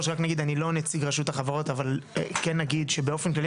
אני לא נציג רשות החברות אבל כן נגיד שבאופן כללי